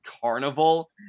carnival